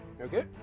Okay